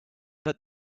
that